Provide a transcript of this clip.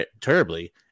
terribly